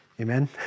Amen